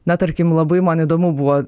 na tarkim labai man įdomu buvo